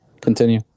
Continue